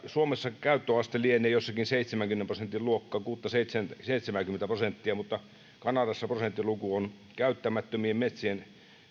suomessa käyttöaste lienee jotakin seitsemänkymmenen prosentin luokkaa kuuttakymmentä viiva seitsemääkymmentä prosenttia mutta kanadassa käyttämättömien metsien